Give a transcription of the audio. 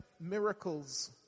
miracles